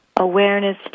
Awareness